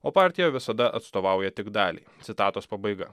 o partija visada atstovauja tik dalį citatos pabaiga